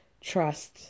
trust